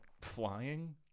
flying